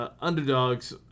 underdogs